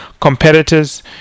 competitors